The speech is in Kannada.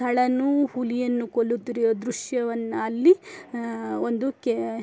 ಸಳನು ಹುಲಿಯನ್ನು ಕೊಲ್ಲುತ್ತಿರುವ ದೃಶ್ಯವನ್ನು ಅಲ್ಲಿ ಒಂದು ಕೇ